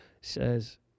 says